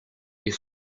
est